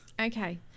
Okay